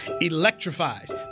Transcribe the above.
electrifies